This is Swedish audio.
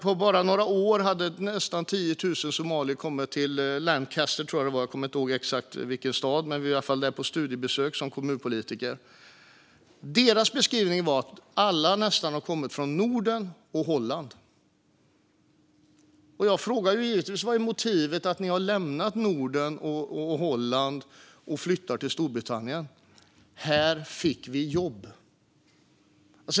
På bara några år har nästan 10 000 somalier kommit till Lancaster, tror jag att det var. Jag kommer inte ihåg exakt vilken stad det var, men jag var där på studiebesök som kommunpolitiker. Deras beskrivning var att nästan alla kommit från Norden eller Holland. Jag frågade givetvis om motivet till att de lämnat Norden och Holland och flyttat till Storbritannien, och de svarade: Här fick vi jobb.